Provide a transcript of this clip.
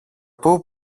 πού